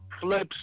flips